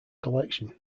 collection